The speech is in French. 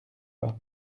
pas